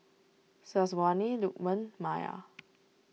Syazwani Lukman Maya